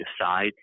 decide –